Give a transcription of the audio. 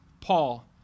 Paul